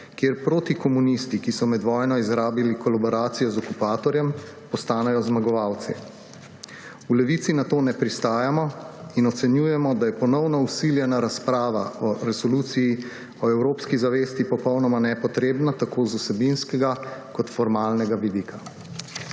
kjer protikomunisti, ki so med vojno izrabili kolaboracijo z okupatorjem, postanejo zmagovalci. V Levici na to ne pristajamo in ocenjujemo, da je ponovno vsiljena razprava o resoluciji o evropski zavesti popolnoma nepotrebna tako z vsebinskega kot s formalnega vidika.